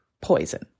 poison